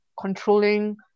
controlling